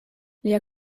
lia